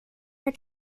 her